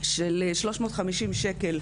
של 350 שקל,